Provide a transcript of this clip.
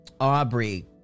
Aubrey